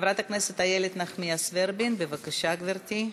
חברת הכנסת איילת נחמיאס ורבין, בבקשה, גברתי.